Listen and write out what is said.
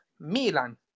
Milan